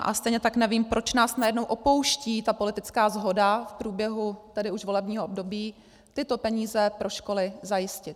A stejně tak nevím, proč nás najednou opouští ta politická shoda v průběhu tedy už volebního období tyto peníze pro školy zajistit.